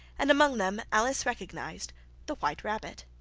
and among them alice recognised the white rabbit